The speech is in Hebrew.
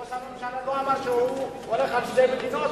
ראש הממשלה לא אמר שהוא הולך על שתי מדינות,